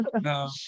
No